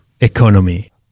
economy